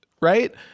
Right